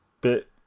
bit